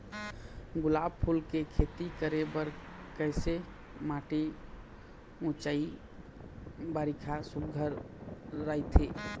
गुलाब फूल के खेती करे बर किसे माटी ऊंचाई बारिखा सुघ्घर राइथे?